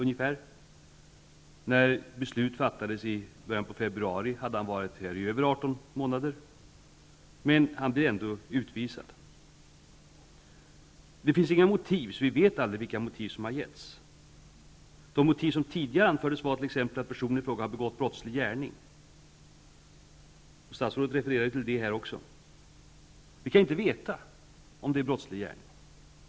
När beslutet fattades i början av februari hade han varit här i över 18 månader. Men han blir ändå utvisad. Det finns inga motiv, så vi vet aldrig vilka motiv som har getts. Motiv som tidigare anförts gällde t.ex. att personen i fråga har begått brottslig gärning. Statsrådet refererade till det här. Vi kan inte veta om det är brottslig gärning som är motivet.